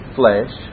flesh